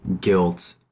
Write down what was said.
guilt